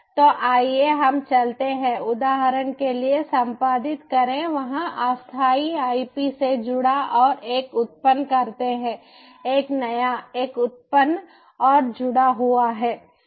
तो आइए हम चलते हैं उदाहरण के लिए संपादित करें वहाँ अस्थायी आई पी से जुड़े और एक उत्पन्न करते हैं एक नया यह उत्पन्न और जुड़ा हुआ है